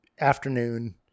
afternoon